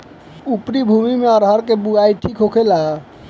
उपरी भूमी में अरहर के बुआई ठीक होखेला?